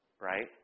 right